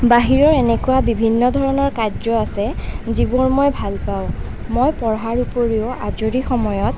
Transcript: বাহিৰৰ এনেকুৱা বিভিন্ন ধৰণৰ কাৰ্য আছে যিবোৰ মই ভাল পাওঁ মই পঢ়াৰ উপৰিও আজৰি সময়ত